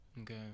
okay